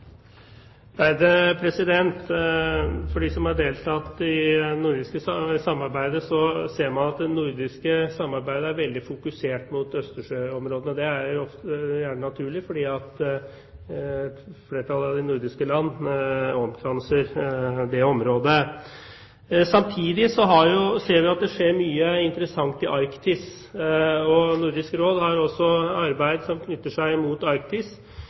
har deltatt i det nordiske samarbeidet, ser at det er veldig fokusert mot Østersjøområdet. Det er gjerne naturlig, fordi et flertall av de nordiske landene omkranser dette området. Samtidig ser vi at det skjer mye interessant i Arktis. Nordisk Råd har jo også arbeid knyttet opp mot Arktis. Norge har en betydelig rolle når det gjelder å få fokuset nordover mot Nordvest-Russland, og mot det som skjer i Arktis.